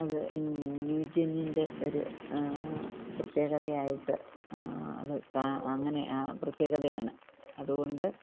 അത് ന്യൂജെന്നിൻ്റെ ഒരു പ്രത്യേകത ആയിട്ട് അത് അ അങ്ങനെ പ്രത്യേകതയാണ് അതുകൊണ്ട്